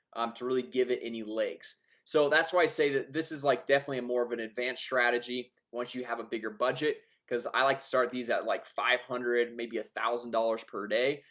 um to really give it any legs so that's why i say that this is like definitely more of an advanced strategy once you have a bigger budget because i like to start these at like five hundred maybe a thousand dollars per day.